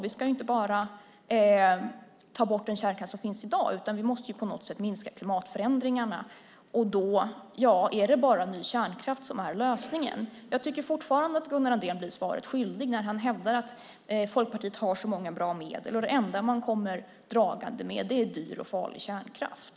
Vi ska inte bara ta bort den kärnkraft som finns i dag. Vi måste också på något sätt minska klimatförändringarna. Är det bara ny kärnkraft som är lösningen? Jag tycker fortfarande att Gunnar Andrén blir svaret skyldig när han hävdar att Folkpartiet har så många bra medel. Det enda man kommer dragande med är dyr och farlig kärnkraft.